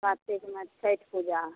कातिकमे छठि पूजा